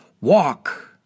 walk